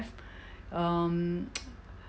um